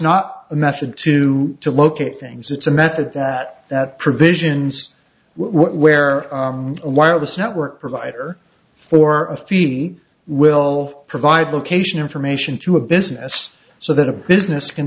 not a method to look at things it's a method that that provision where a wireless network provider or a fee will provide location information to a business so that a business can